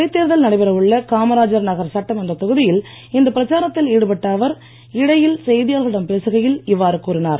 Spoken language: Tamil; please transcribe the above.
இடைத்தேர்தல் நடைபெற உள்ள காமராஜர் நகர் சட்டமன்றத் தொகுதியில் இன்று பிரச்சாரத்தில் ஈடுபட்ட அவர் இடையில் செய்தியாளர்களிடம் பேசுகையில் இவ்வாறு கூறினார்